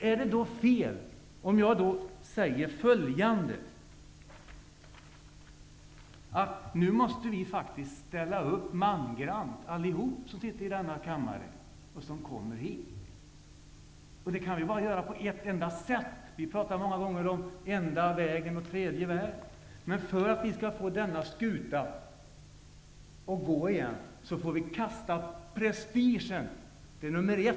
Är det då fel av mig att säga följande? Nu måste vi i denna kammare, och även andra som kommer hit, faktiskt mangrant ställa upp. Det kan vi bara göra på ett enda sätt. Vi talar många gånger om den enda vägen eller om den tredje vägen. Men för att vi skall få fart på skutan igen måste vi kasta prestigen åt sidan. Det är nummer ett.